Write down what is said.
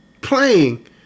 Playing